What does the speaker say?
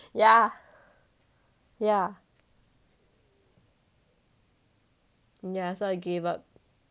yeah yeah yeah so I gave up